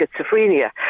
schizophrenia